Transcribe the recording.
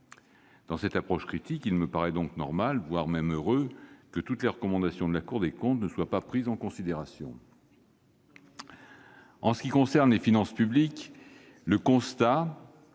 Dans cette approche critique, il me paraît normal, voire heureux que toutes les recommandations de la Cour des comptes ne soient pas prises en considération. En ce qui concerne les finances publiques, le constat-